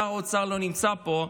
שר האוצר לא נמצא פה,